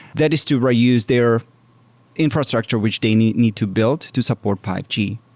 that is to reuse their infrastructure which they need need to build to support five g.